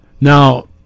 Now